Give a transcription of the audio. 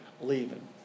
leaving